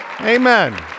Amen